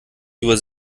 über